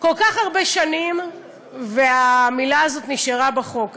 כל כך הרבה שנים והמילה הזאת נשארה בחוק.